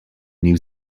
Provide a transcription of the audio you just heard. new